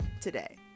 today